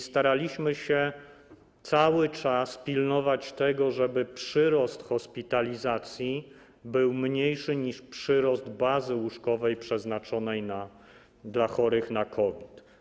Staraliśmy się cały czas pilnować tego, żeby przyrost hospitalizacji był mniejszy niż przyrost bazy łóżkowej przeznaczonej dla chorych na COVID.